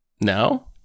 No